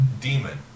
demon